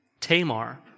Tamar